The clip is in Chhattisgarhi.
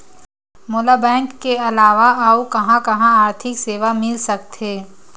मोला बैंक के अलावा आऊ कहां कहा आर्थिक सेवा मिल सकथे?